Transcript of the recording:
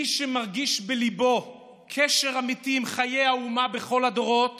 מי שמרגיש בליבו קשר אמיתי עם חיי האומה בכל הדורות